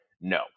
No